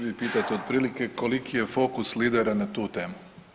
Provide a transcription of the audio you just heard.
Vi pitate otprilike koliki je fokus lidera na tu temu?